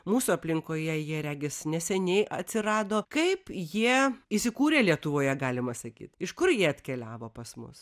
mūsų aplinkoje jie regis neseniai atsirado kaip jie įsikūrė lietuvoje galima sakyt iš kur jie atkeliavo pas mus